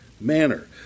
manner